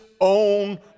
own